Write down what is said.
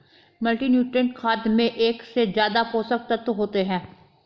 multinutrient खाद में एक से ज्यादा पोषक तत्त्व होते है